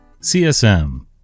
CSM